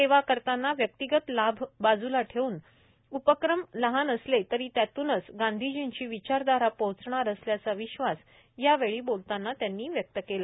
सेवा करताना व्यक्तिगत लाभ बाजूला ठेवला पाहिजेउपक्रम लहान असले तरी यातूनच गांधीजींची विचारधारा पोहचणार असल्याचा विश्वास यावेळी त्यांनी व्यक्त केला